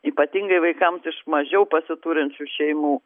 ypatingai vaikams iš mažiau pasiturinčių šeimų